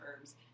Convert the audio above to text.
herbs